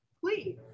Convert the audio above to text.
Please